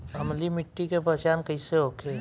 अम्लीय मिट्टी के पहचान कइसे होखे?